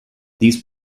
these